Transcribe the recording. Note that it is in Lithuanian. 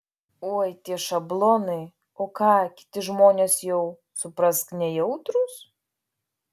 oi tie šablonai o ką kiti žmonės jau suprask nejautrūs